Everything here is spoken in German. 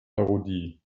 parodie